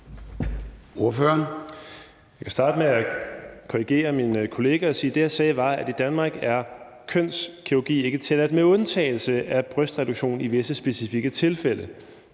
Jeg vil starte med at korrigere min kollega og sige, at det, jeg sagde, var, at i Danmark er kønskirurgi ikke tilladt med undtagelse af brystreduktion i visse specifikke tilfælde